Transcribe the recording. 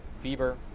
fever